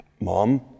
mom